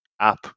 app